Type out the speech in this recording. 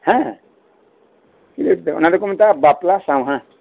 ᱦᱮᱸ ᱚᱱᱟ ᱫᱚᱠᱚ ᱢᱮᱛᱟᱜᱼᱟ ᱵᱟᱯᱞᱟ ᱥᱟᱸᱣᱦᱟ